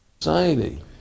society